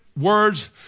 words